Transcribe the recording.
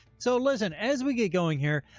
so listen, as we get going here,